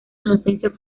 inocencia